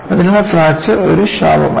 അതിനാൽ ഫ്രാക്ചർ ഒരു ശാപമല്ല